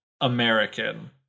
American